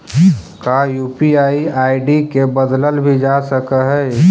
का UPI ID के बदलल भी जा सकऽ हई?